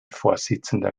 vorsitzender